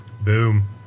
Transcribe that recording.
boom